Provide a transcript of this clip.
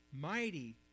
mighty